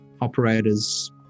operators